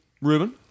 Ruben